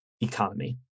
economy